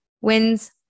wins